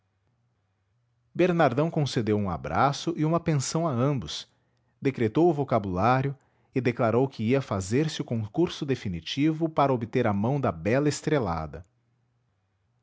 bernardão concedeu um abraço e uma pensão a ambos decretou o vocabulário e declarou que ia fazer-se o concurso definitivo para obter a mão da bela estrelada